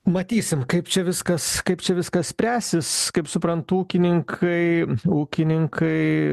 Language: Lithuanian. matysim kaip čia viskas kaip čia viskas spręsis kaip suprantu ūkininkai ūkininkai